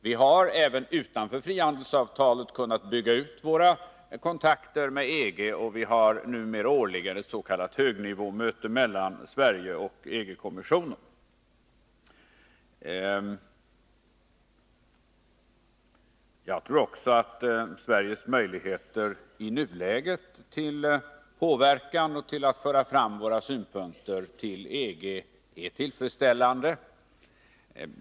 Vi har även utanför frihandelsavtalet kunnat bygga ut våra kontakter med EG, och vi har numera årligen ett s.k. högnivåmöte mellan Sverige och EG-kommissionen. Jag tror också att Sveriges möjligheter i nuläget till påverkan och till att föra fram våra synpunkter till EG är tillfredsställande.